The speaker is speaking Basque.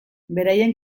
beraien